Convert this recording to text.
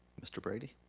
mr. brady?